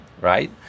right